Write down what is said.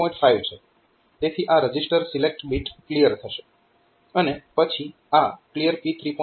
5 છે તેથી આ રજીસ્ટર સિલેક્ટ બીટ ક્લિયર થશે અને પછી આ CLR P3